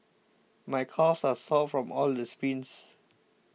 my calves are sore from all the sprints